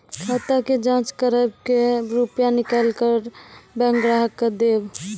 खाता के जाँच करेब के रुपिया निकैलक करऽ बैंक ग्राहक के देब?